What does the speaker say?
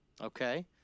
Okay